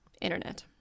internet